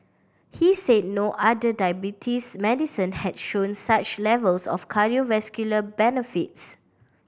he said no other diabetes medicine had shown such levels of cardiovascular benefits